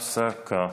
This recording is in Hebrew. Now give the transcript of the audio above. הפסקה.